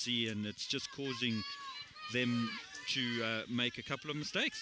see and it's just causing them to make a couple of mistakes